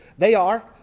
they are,